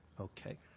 Okay